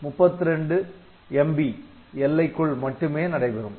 32 MB எல்லைக்குள் மட்டுமே நடைபெறும்